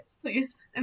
Please